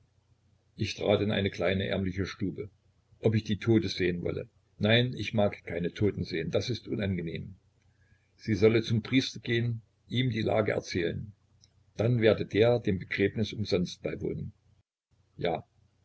ich trat in eine kleine ärmliche stube ob ich die tote sehen wolle nein ich mag keine toten sehen das ist unangenehm sie solle zum priester gehen ihm ihre lage erzählen dann werde der dem begräbnis umsonst beiwohnen ja